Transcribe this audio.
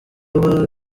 aba